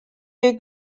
jej